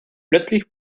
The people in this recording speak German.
plötzlich